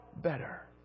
better